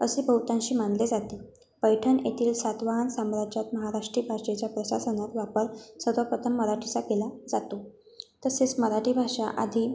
असे बहुतांशी मानले जाते पैठण येथील सातवाहन साम्राज्यात महाराष्ट्री भाषेच्या प्रशासनात वापर सर्वप्रथम मराठीचा केला जातो तसेच मराठी भाषा आधी